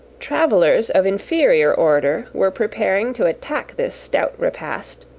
travellers of inferior order were preparing to attack this stout repast,